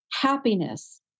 happiness